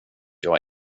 jag